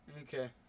Okay